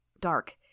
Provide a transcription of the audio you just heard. Dark